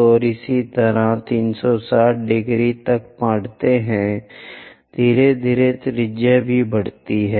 और इसी तरह 360 ° तक बढ़ता है धीरे धीरे त्रिज्या भी बढ़ती जाती है